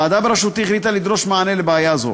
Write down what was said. הוועדה בראשותי החליטה לדרוש מענה לבעיה זו.